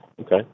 Okay